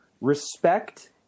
respect